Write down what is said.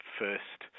first